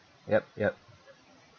yup yup